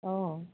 অ